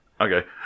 Okay